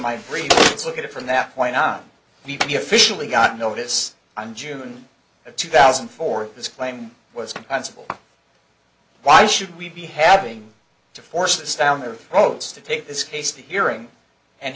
my free look at it from that point on you can be officially got notice on june of two thousand and four this claim was compensable why should we be having to force this down their throats to take this case the hearing and